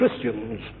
Christians